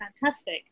fantastic